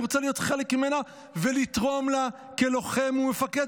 אני רוצה להיות חלק ממנה ולתרום לה כלוחם ומפקד.